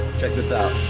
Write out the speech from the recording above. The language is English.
check this out